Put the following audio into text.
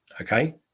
Okay